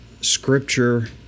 Scripture